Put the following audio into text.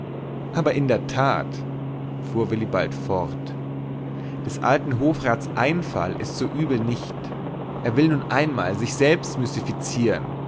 aber in der tat fuhr willibald fort des alten hofrats einfall ist so übel nicht er will nun einmal sich selbst